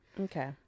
Okay